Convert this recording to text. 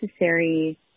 necessary